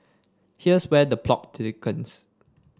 here's where the plot